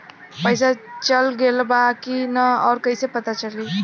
पइसा चल गेलऽ बा कि न और कइसे पता चलि?